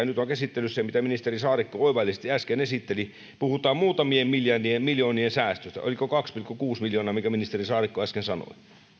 nyt on käsittelyssä ja mitä ministeri saarikko oivallisesti äsken esitteli puhutaan muutamien miljoonien säästöstä oliko kaksi pilkku kuusi miljoonaa minkä ministeri saarikko äsken sanoi